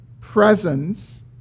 presence